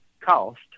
cost